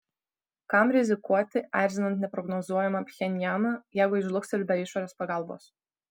kam rizikuoti erzinant neprognozuojamą pchenjaną jeigu jis žlugs ir be išorės pagalbos